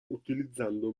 utilizzando